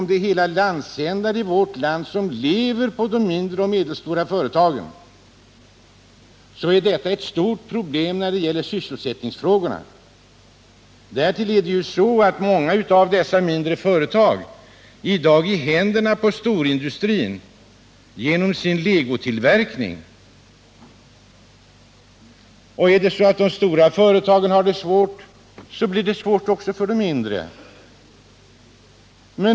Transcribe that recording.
Då hela landsändar i vårt land lever på de mindre och medelstora företagen är detta ett stort problem när det gäller sysselsättningsfrågorna. Därtill är många av dessa mindre företag, genom sin legotillverkning, i dag i händerna på storindustrin. Om de stora företagen har det svårt, blir det svårt också för de mindre.